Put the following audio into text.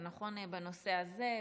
זה נכון בנושא הזה,